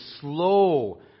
slow